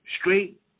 straight